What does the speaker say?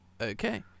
Okay